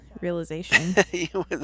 realization